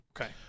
Okay